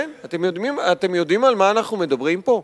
אתם יודעים על מה אנחנו מדברים פה?